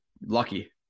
lucky